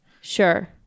sure